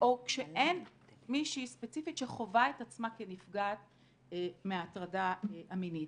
או כשאין מישהי ספציפית שחווה את עצמה כנפגעת מההטרדה המינית.